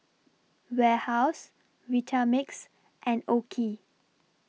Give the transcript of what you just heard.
Warehouse Vitamix and OKI